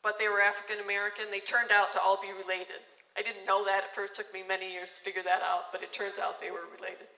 but they were african american they turned out to all be related i didn't know that first took me many years figure that but it turns out they were related